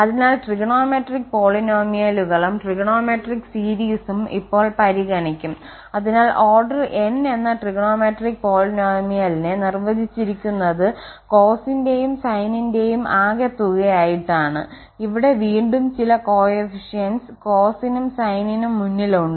അതിനാൽ ട്രിഗണോമെട്രിക് പോളിനോമിയലുകളും ട്രിഗണോമെട്രിക് സീരീസും ഇപ്പോൾ പരിഗണിക്കും അതിനാൽ ഓർഡർ n എന്ന ട്രിഗണോമെട്രിക് പോളിനോമിയലിനെ നിർവചിച്ചിരിക്കുന്നത് കോസിന്റെയും സൈനിന്റെയും ആകെത്തുകയായിട്ടാണ് ഇവിടെ വീണ്ടും ചില കോഎഫിഷ്യന്റ്സ് കോസിനും സൈനിനും മുന്നിൽ ഉണ്ട്